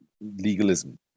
legalism